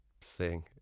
sing